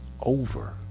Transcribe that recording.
over